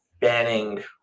banning